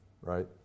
right